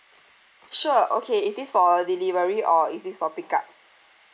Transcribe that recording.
sure okay is this for delivery or is this for pick up